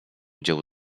dziełu